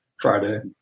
Friday